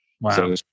Wow